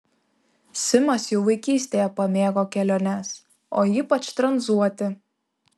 simas jau vaikystėje pamėgo keliones o ypač tranzuoti